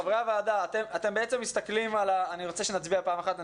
חברי הוועדה, אני רוצה שנצביע פעם אחת.